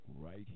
right